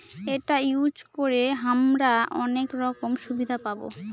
এটা ইউজ করে হামরা অনেক রকম সুবিধা পাবো